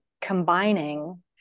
combining